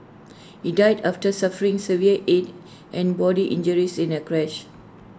he died after suffering severe Head and body injuries in A crash